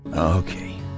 Okay